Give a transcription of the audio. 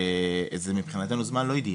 זה מבחינתנו זמן לא אידאלי.